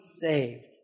saved